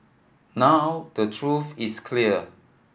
now the truth is clear